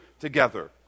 together